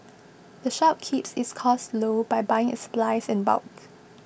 the shop keeps its costs low by buying its supplies in bulk